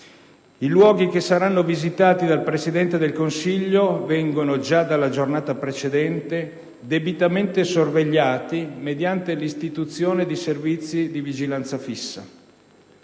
I luoghi che saranno visitati dal Presidente del Consiglio vengono, già dalla giornata precedente, debitamente sorvegliati mediante l'istituzione di servizi di vigilanza fissa.